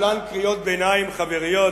כולן קריאות ביניים חבריות.